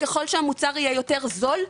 וככל שהמוצר יהיה יותר זול,